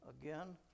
Again